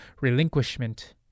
relinquishment